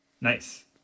Nice